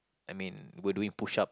I mean were doing push up